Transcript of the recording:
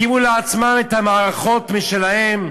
הקימו לעצמם מערכות משלהם,